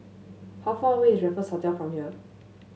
how far away is Raffles Hotel from here